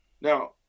Now